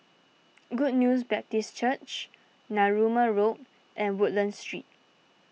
Good News Baptist Church Narooma Road and Woodlands Street